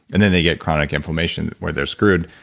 and then they get chronic inflammation where they're screwed.